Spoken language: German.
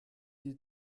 die